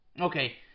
Okay